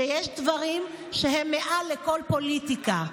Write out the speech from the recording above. שיש דברים שהם מעל לכל פוליטיקה.